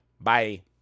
bye